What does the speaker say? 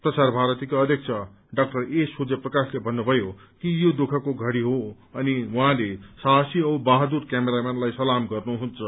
प्रसार भारतीका अध्यक्ष डा ए सूर्यप्रकाशले भन्नुभयो कि यो दुःखको घड़ी हो अनि उहाँले साहसी औ बहादुर क्यामेराम्यानलाई सलाम गर्नुहुन्छ